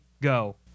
go